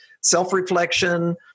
self-reflection